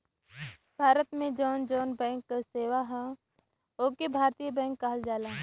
भारत में जौन जौन बैंक क सेवा हौ ओके भारतीय बैंक कहल जाला